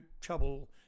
trouble